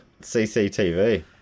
CCTV